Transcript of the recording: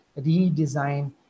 redesign